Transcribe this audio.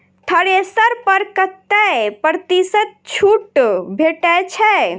Thresher पर कतै प्रतिशत छूट भेटय छै?